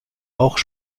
auch